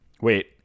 Wait